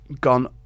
gone